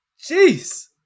jeez